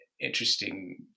interesting